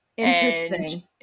Interesting